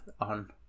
on